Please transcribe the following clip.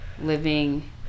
living